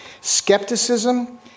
Skepticism